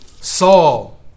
Saul